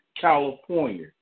California